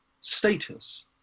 status